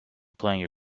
playing